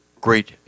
great